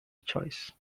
choice